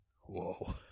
Whoa